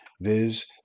viz